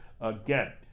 again